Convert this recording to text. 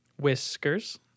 whiskers